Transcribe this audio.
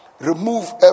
remove